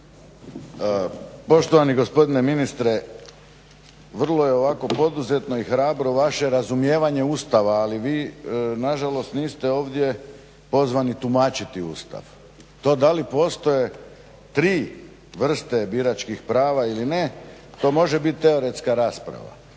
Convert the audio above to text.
Poštovani gospodine ministre vrlo je ovako poduzetno i hrabro vaše razumijevanje Ustava, ali vi nažalost niste ovdje pozvani tumačiti Ustav. To da li postoje tri vrste biračkih prava ili ne to može biti teoretska rasprava,